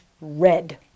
red